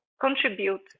contribute